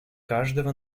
каждого